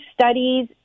studies